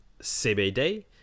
CBD